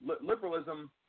liberalism